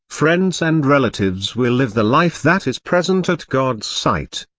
friends and relatives will live the life that is present at god's sight.